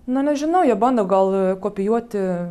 na nežinau jie bando gal kopijuoti